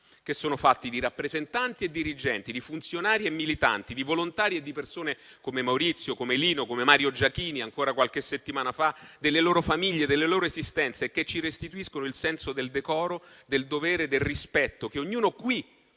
che sono fatti di rappresentanti e dirigenti, di funzionari e militanti, di volontari e di persone, come Maurizio, Lino e come Mario Giachini, scomparso qualche mese fa, delle loro famiglie e delle loro esistenze, che ci restituiscono il senso del decoro, del dovere e del rispetto che ognuno qui,